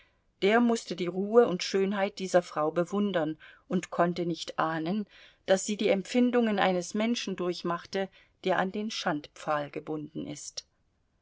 der mußte die ruhe und schönheit dieser frau bewundern und konnte nicht ahnen daß sie die empfindungen eines menschen durchmachte der an den schandpfahl gebunden ist